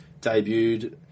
debuted